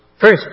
First